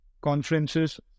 conferences